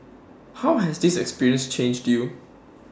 how has this experience changed you